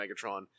Megatron